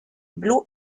blu